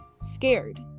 scared